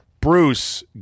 Bruce